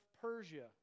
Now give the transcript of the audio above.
Persia